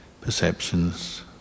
perceptions